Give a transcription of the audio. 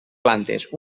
plantes